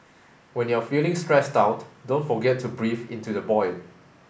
when you are feeling stressed out don't forget to breathe into the void